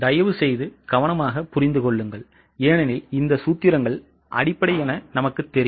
தயவுசெய்து கவனமாக புரிந்து கொள்ளுங்கள் ஏனெனில் இந்த சூத்திரங்கள் அடிப்படை என நமக்குத் தெரியும்